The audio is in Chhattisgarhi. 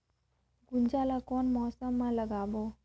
गुनजा ला कोन मौसम मा लगाबो?